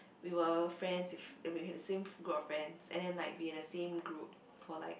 we were friends with and we had a same group of friends and then like we're in the same group for like